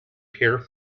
here